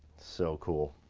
so cool.